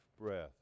breath